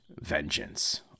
vengeance